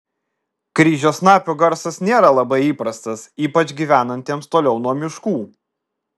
kryžiasnapių garsas nėra labai įprastas ypač gyvenantiems toliau nuo miškų